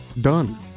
done